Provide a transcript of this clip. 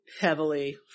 heavily